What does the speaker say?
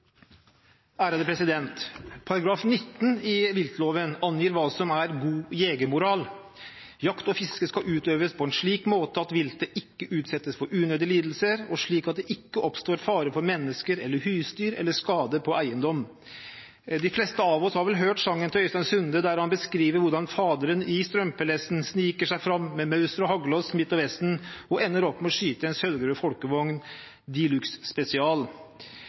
Paragraf 19 i viltloven angir hva som er god jegermoral: «Jakt og fangst skal utøves på slik måte at viltet ikke utsettes for unødig lidelser og slik at det ikke oppstår fare for mennesker eller husdyr eller skade på eiendom.» De fleste av oss har vel hørt sangen til Øystein Sunde der han beskriver hvordan faderen i strømpelesten sniker seg fram med Mauser og hagle og Smith & Wesson og ender opp med å skyte en sølvgrå folkevogn